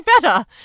better